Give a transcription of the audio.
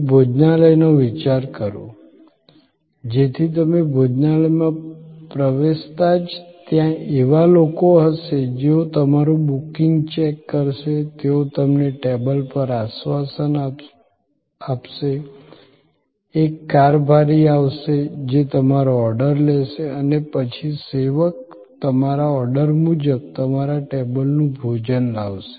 એક ભોજનાલયનો વિચાર કરો જેથી તમે ભોજનાલયમાં પ્રવેશતા જ ત્યાં એવા લોકો હશે જેઓ તમારું બુકિંગ ચેક કરશે તેઓ તમને ટેબલ પર આશ્વાસન આપશે એક કારભારી આવશે જે તમારો ઓર્ડર લેશે અને પછી સેવક તમારા ઓર્ડર મુજબ તમારા ટેબલનું ભોજન લાવશે